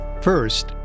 First